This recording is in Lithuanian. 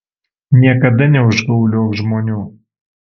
niekada neužgauliok žmonių